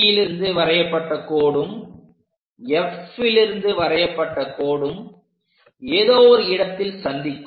CBலிருந்து வரையப்பட்ட கோடும் Fலிருந்து வரையப்பட்ட கோடும் ஏதோ ஒரு இடத்தில் சந்திக்கும்